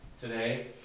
today